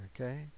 okay